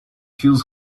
feels